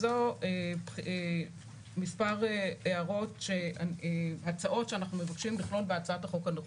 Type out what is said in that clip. אלה מספר הצעות שאנחנו מבקשים לכלול בהצעת החוק הנוכחית.